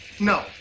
No